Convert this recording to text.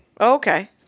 okay